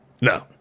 No